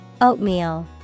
Oatmeal